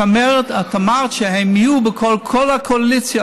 את אמרת שהם יהיו בכל הקואליציות.